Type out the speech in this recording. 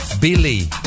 Billy